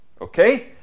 Okay